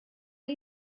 are